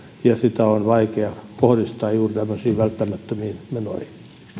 ja sitä on vaikea kohdistaa juuri tämmöisiin välttämättömiin menoihin